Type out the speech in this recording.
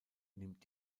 nimmt